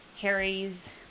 Harry's